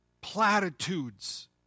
platitudes